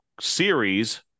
series